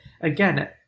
again